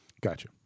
Gotcha